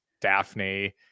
Daphne